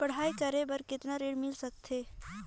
पढ़ाई करे बार कितन ऋण मिल सकथे?